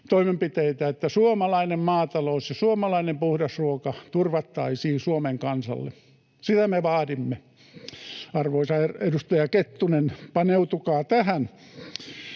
että suomalainen maatalous ja suomalainen puhdas ruoka turvattaisiin Suomen kansalle. Sitä me vaadimme. — Arvoisa edustaja Kettunen, paneutukaa tähän.